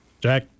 Jack